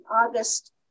August